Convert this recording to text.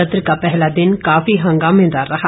सत्र का पहला दिन काफी हंगामेदार रहा